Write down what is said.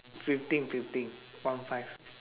fifteen fifteen one five